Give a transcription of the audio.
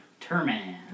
Terman